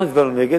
אנחנו הצבענו נגד,